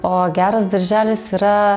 o geras darželis yra